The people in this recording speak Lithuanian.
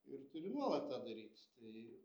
ir turi nuolat tą daryt tai